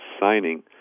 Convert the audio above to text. signing